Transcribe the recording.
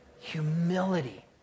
Humility